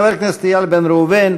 חבר הכנסת איל בן ראובן,